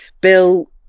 Bill